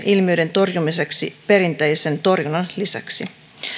ilmiöiden torjumiseksi perinteisen torjunnan lisäksi